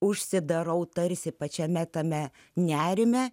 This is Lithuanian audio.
užsidarau tarsi pačiame tame nerime